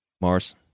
Mars